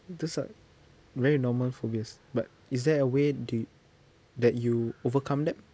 that's a very normal phobias but is there a way do you that you overcome them